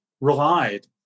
relied